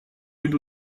une